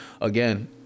again